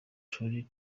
turi